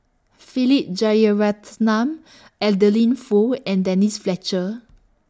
Philip Jeyaretnam Adeline Foo and Denise Fletcher